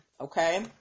Okay